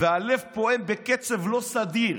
והלב פועם בקצב לא סדיר.